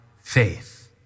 faith